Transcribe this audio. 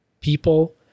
people